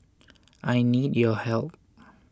I need your help